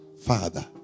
Father